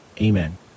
Amen